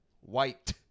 White